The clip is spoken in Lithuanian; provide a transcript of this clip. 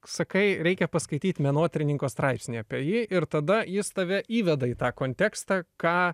sakai reikia paskaityt menotyrininko straipsnį apie jį ir tada jis tave įveda į tą kontekstą ką